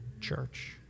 Church